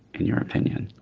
in your opinion?